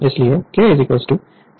इसलिए K V1 V2 V2V2 हैं